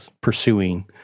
pursuing